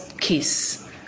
case